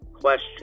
Question